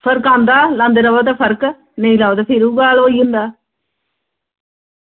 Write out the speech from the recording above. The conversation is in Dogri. फर्क आंदा लांदे रवो ते फर्क नेईं लाओ ते फिर उ'ऐ हाल होई जंदा